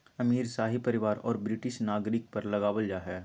अमीर, शाही परिवार औरो ब्रिटिश नागरिक पर लगाबल जा हइ